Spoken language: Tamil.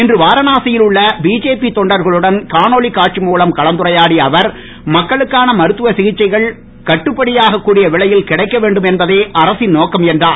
இன்று வாரணாசியில் உள்ள பிஜேபி தொண்டர்களுடன் காணொளி காட்சி மூலம் கலந்துரையாடிய அவர் மக்களுக்கான மருத்துவ சிகிச்சைகள் கட்டுபடியாகக் கூடிய விலையில் கிடைக்க வேண்டும் என்பதே அரசின் நோக்கம் என்றார்